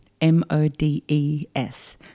m-o-d-e-s